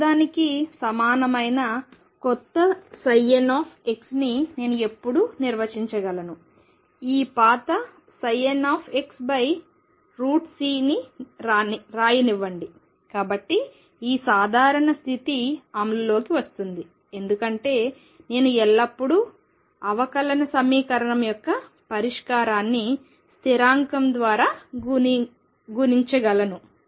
పాతదానికి సమానమైన కొత్త nని నేను ఎల్లప్పుడూ నిర్వచించగలను ఈ పాత nxCని రాయనివ్వండి కాబట్టి ఈ సాధారణ స్థితి అమలులోకి వస్తుంది ఎందుకంటే నేను ఎల్లప్పుడూ అవకలన సమీకరణం యొక్క పరిష్కారాన్ని స్థిరాంకం ద్వారా గుణించగలను